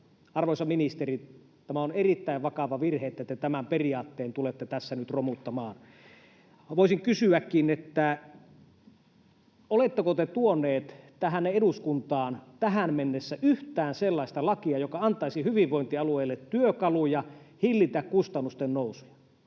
Arvoisa ministeri, tämä on erittäin vakava virhe, että te tämän periaatteen tulette tässä nyt romuttamaan. [Aino-Kaisa Pekonen: Kyllä!] Voisin kysyäkin: oletteko te tuonut tänne eduskuntaan tähän mennessä yhtään sellaista lakia, joka antaisi hyvinvointialueille työkaluja hillitä kustannusten nousua?